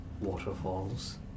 waterfalls